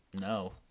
No